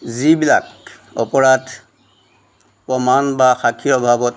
যিবিলাক অপৰাধ প্ৰমাণ বা সাক্ষী অভাৱত